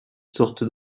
sortes